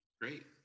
Great